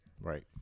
Right